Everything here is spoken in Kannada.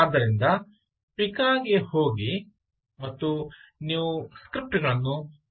ಆದ್ದರಿಂದ ಪಿಕಾ ಗೆ ಹೋಗಿ ಮತ್ತು ನೀವು ಸ್ಕ್ರಿಪ್ಟ್ ಗಳನ್ನು ಬಳಸಬಹುದು